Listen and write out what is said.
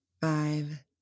five